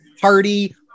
party